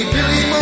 Billy